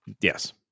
Yes